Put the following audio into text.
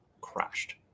crashed